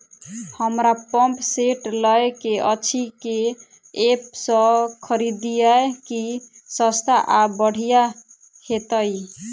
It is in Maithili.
हमरा पंप सेट लय केँ अछि केँ ऐप सँ खरिदियै की सस्ता आ बढ़िया हेतइ?